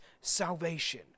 salvation